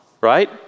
Right